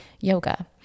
Yoga